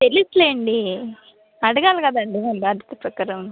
తెలుసులేండి అడగాలి కదండి బాధ్యత ప్రకారం